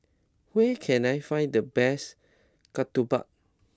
where can I find the best Ketupat